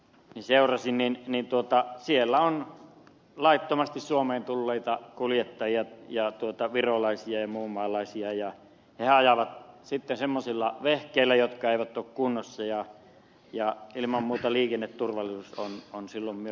is seurasi niin niin siellä on laittomasti suomeen tulleita kuljettajia virolaisia ja muun maalaisia ja he ajavat sitten semmoisilla vehkeillä jotka eivät ole kunnossa ja ilman muuta liikenneturvallisuus on silloin myös vaarassa